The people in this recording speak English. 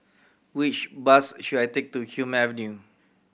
which bus should I take to Hume Avenue